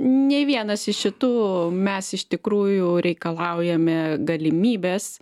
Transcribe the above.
nei vienas iš šitų mes iš tikrųjų reikalaujame galimybės